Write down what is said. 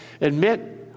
admit